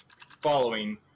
following